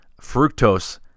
fructose